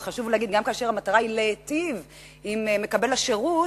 וחשוב להגיד: גם כאשר המטרה היא להיטיב עם מקבל השירות,